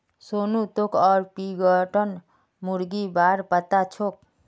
सोनू तोक ऑर्पिंगटन मुर्गीर बा र पता छोक